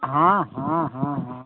हाँ हाँ हाँ हाँ